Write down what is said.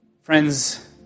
Friends